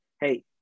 hey